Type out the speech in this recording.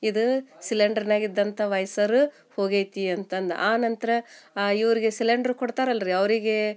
ಇದು ಸಿಲಿಂಡ್ರ್ನ್ಯಾಗ ಇದ್ದಂಥ ವೈಸರು ಹೋಗೈತಿ ಅಂತಂದು ಆನಂತರ ಇವ್ರಿಗೆ ಸಿಲಿಂಡ್ರ್ ಕೊಡ್ತಾರಲ್ಲ ರೀ ಅವರಿಗೆ